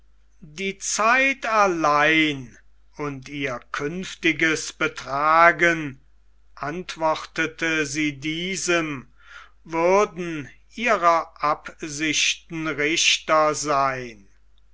die zeit allein und ihr künftiges betragen antwortete sie diesem würden ihrer absichten richter sein